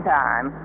time